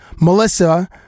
Melissa